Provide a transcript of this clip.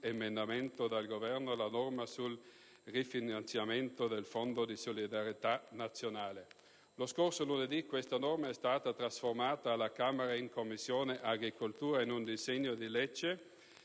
maxiemendamento del Governo la norma sul rifinanziamento del Fondo di solidarietà nazionale. Lo scorso lunedì questa norma è stata trasformata alla Camera, in Commissione agricoltura, in un disegno di legge;